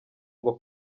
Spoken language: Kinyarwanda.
ngo